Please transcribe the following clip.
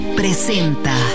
presenta